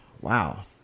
wow